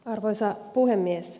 arvoisa puhemies